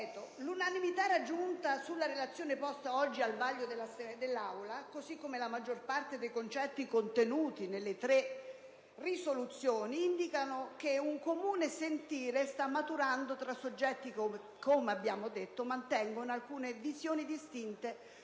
L'unanimità raggiunta sulla relazione posta oggi al vaglio di quest'Aula, così come la maggior parte dei concetti contenuti nelle tre risoluzioni, indica che un comune sentire sta maturando tra soggetti che, come abbiamo detto, mantengono alcune visioni distinte